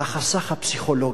מהחסך הפסיכולוגי.